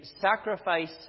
sacrifice